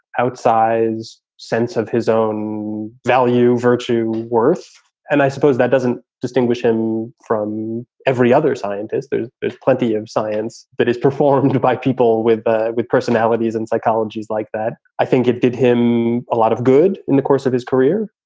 outsize sense of his own value, virtue worth. and i suppose that doesn't distinguish him from every other scientist. there's there's plenty of science that is performed by people with ah with personalities and psychologies like that. i think it did him a lot of good in the course of his career.